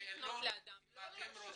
שאלון אם אתם רוצים?